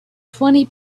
twenty